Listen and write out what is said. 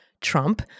Trump –